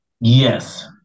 Yes